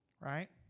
Right